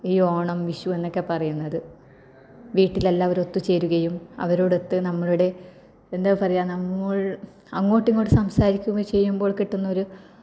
ഈ ഓണം വിഷു എന്നൊക്കെ പറയുന്നത് വീട്ടിലെല്ലാവരും ഒത്തുചേരുകയും അവരോടൊത്ത് നമ്മളുടെ എന്താണ് പറയുക നമ്മൾ അങ്ങോട്ട് ഇങ്ങോട്ട് സംസാരിക്കുമ്പോൾ ചെയ്യുമ്പോൾ കിട്ടുന്നൊരു